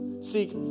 Seek